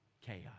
chaos